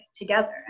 together